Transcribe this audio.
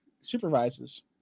supervises